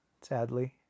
sadly